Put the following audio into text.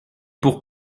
pour